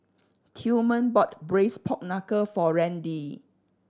Tillman bought Braised Pork Knuckle for Randi